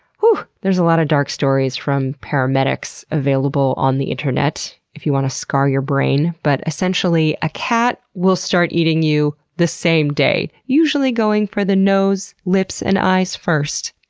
whew! there's a lot of dark stories from paramedics available on the internet if you want to scar your brain but essentially, a cat will start eating you the same day, usually going for the nose, lips and eyes first.